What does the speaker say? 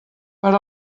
per